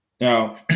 Now